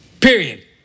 period